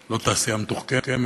לא תעשייה מתוחכמת.